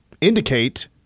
indicate